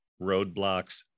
roadblocks